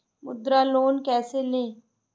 मुद्रा लोन कैसे ले?